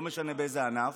לא משנה באיזה ענף,